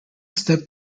step